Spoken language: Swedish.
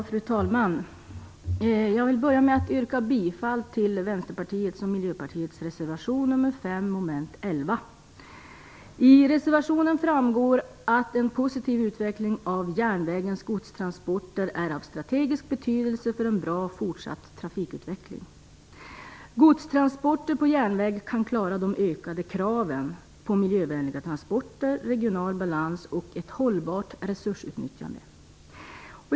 Fru talman! Jag vill börja med att yrka bifall till 11. Av reservationen framgår att en positiv utveckling av järnvägens godstransporter är av strategisk betydelse för en bra fortsatt trafikutveckling. Godstransporter på järnvägen kan klara de ökade kraven på miljövänliga transporter, regional balans och ett hållbart resursutnyttjande.